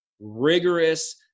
rigorous